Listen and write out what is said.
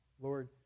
Lord